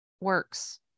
works